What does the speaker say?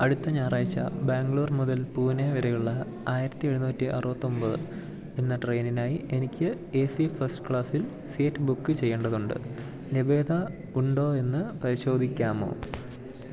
അടുത്ത ഞായറാഴ്ച ബാംഗ്ലൂർ മുതൽ പൂനെ വരെയുള്ള ആയിരത്തി എഴുനൂറ്റി അറുപത്തി ഒന്പത് എന്ന ട്രെയിനിനായി എനിക്ക് എ സി ഫസ്റ്റ് ക്ലാസ്സിൽ സീറ്റ് ബുക്ക് ചെയ്യേണ്ടതുണ്ട് ലഭ്യത ഉണ്ടോ എന്നു പരിശോധിക്കാമോ